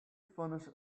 finish